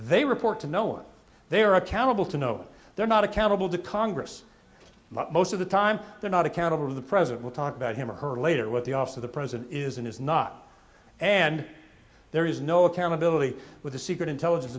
they report to no one they are accountable to no they're not accountable to congress but most of the time they're not accountable to the president will talk about him or her later what the office of the president is and is not and there is no accountability with the secret intelligence